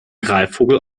greifvogel